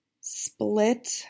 split